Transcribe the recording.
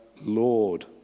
lord